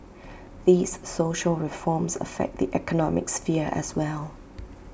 these social reforms affect the economic sphere as well